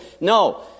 No